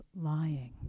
lying